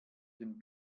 den